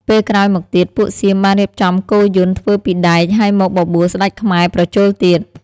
ពេលក្រោយមកទៀត ពួកសៀមបានរៀបចំគោយន្ដធ្វើពីដែកហើយមកបបួលស្ដេចខ្មែរប្រជល់ទៀត។